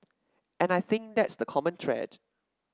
and I think that's the common thread